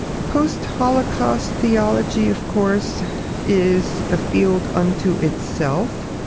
post-holocaust theology of course is a field unto itself.